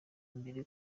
imbere